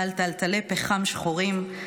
בעל תלתלי פחם שחורים,